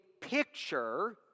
picture